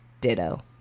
Ditto